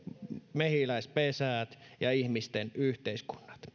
mehiläispesät ja ihmisten yhteiskunnat